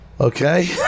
Okay